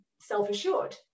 self-assured